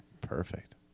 Perfect